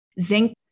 Zinc